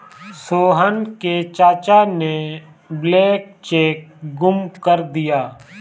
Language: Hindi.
सोहन के चाचा ने ब्लैंक चेक गुम कर दिया